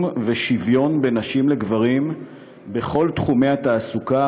השוויון בין נשים לגברים בכל תחומי התעסוקה,